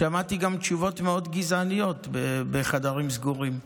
שמעתי גם תשובות מאוד גזעניות בחדרים סגורים.